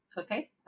Okay